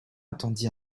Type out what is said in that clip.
attendit